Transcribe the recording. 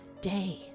day